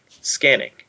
scanning